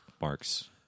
marks